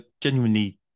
genuinely